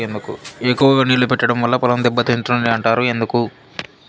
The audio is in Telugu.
ఎక్కువగా నీళ్లు పెట్టడం వల్ల పొలం దెబ్బతింటుంది అంటారు ఎందుకు?